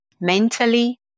mentally